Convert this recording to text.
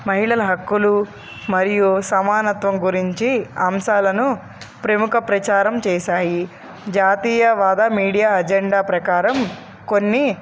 మహిళల హక్కులు మరియు సమానత్వం గురించి అంశాలను ప్రముఖ ప్రచారం చేశాయి జాతీయవాదా మీడియా అజెండా ప్రకారం కొన్ని